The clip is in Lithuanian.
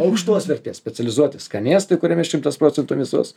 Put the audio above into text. aukštos vertės specializuoti skanėstai kuriame šimtas procentų mėsos